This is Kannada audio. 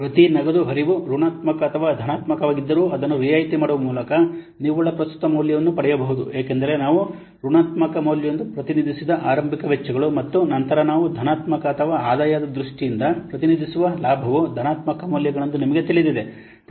ಪ್ರತಿ ನಗದು ಹರಿವು ಋಣಾತ್ಮಕ ಅಥವಾ ಧನಾತ್ಮಕವಾಗಿದ್ದರೂ ಅದನ್ನು ರಿಯಾಯಿತಿ ಮಾಡುವ ಮೂಲಕ ನಿವ್ವಳ ಪ್ರಸ್ತುತ ಮೌಲ್ಯವನ್ನು ಪಡೆಯಬಹುದು ಏಕೆಂದರೆ ನಾವು ಋಣಾತ್ಮಕ ಮೌಲ್ಯವೆಂದು ಪ್ರತಿನಿಧಿಸಿದ ಆರಂಭಿಕ ವೆಚ್ಚಗಳು ಮತ್ತು ನಂತರ ನಾವು ಧನಾತ್ಮಕ ಅಥವಾ ಆದಾಯದ ದೃಷ್ಟಿಯಿಂದ ಪ್ರತಿನಿಧಿಸುವ ಲಾಭವು ಧನಾತ್ಮಕ ಮೌಲ್ಯಗಳೆಂದು ನಿಮಗೆ ತಿಳಿದಿದೆ